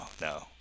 no